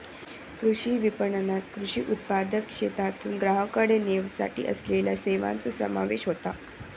कृषी विपणणात कृषी उत्पादनाक शेतातून ग्राहकाकडे नेवसाठी असलेल्या सेवांचो समावेश होता